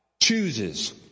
chooses